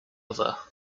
other